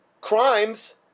crimes